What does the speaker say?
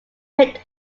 print